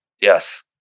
Yes